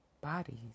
bodies